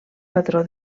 patró